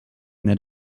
that